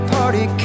party